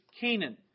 Canaan